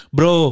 Bro